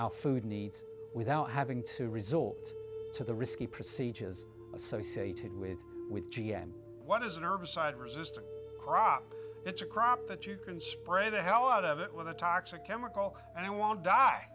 our food needs without having to resort to the risky procedure is associated with with g m what is in our beside resist crop it's a crop that you can spray the hell out of it with a toxic chemical and i won't die